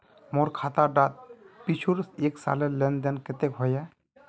मोर खाता डात पिछुर एक सालेर लेन देन कतेक होइए?